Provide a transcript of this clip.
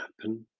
happen